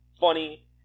funny